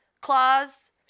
claws